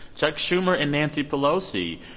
chuck schumer and nancy pelosi,